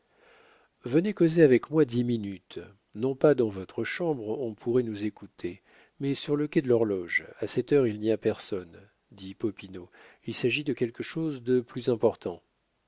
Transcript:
français venez causer avec moi dix minutes non pas dans votre chambre on pourrait nous écouter mais sur le quai de l'horloge à cette heure il n'y a personne dit popinot il s'agit de quelque chose de plus important